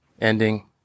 ending